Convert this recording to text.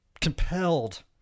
compelled